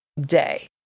day